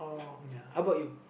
ya how about you